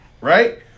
right